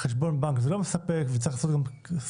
שחשבון בנק זה לא מספק וצריך לפתוח גם קרן,